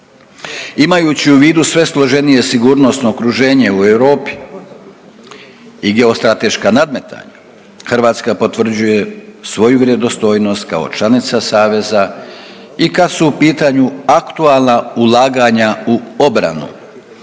Imajući u vidu sve složenije sigurnosno okruženje u Europi i geostrateška nadmetanja Hrvatska potvrđuje svoju vjerodostojnost kao članica saveza i kad su u pitanju aktualna ulaganja u obranu.